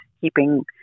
keeping